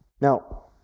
Now